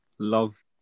Love